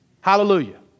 Hallelujah